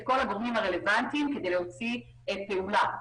כל הגורמים הרלוונטיים כדי להוציא פעולה.